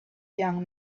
young